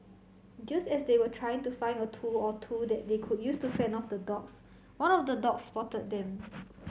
just as they were trying to find a tool or two that they could use to fend off the dogs one of the dogs spotted them